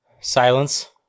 Silence